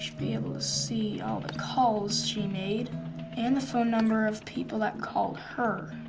be able to see all the calls she made and the phone number of people that called her.